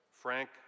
Frank